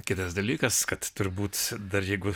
kitas dalykas kad turbūt dar jeigu